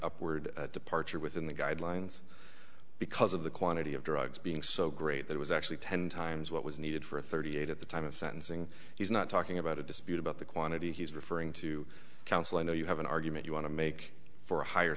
upward departure within the guidelines because of the quantity of drugs being so great there was actually ten times what was needed for a thirty eight at the time of sentencing he's not talking about a dispute about the quantity he's referring to counsel i know you have an argument you want to make for a higher